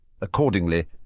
accordingly